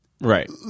Right